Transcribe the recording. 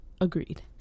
Agreed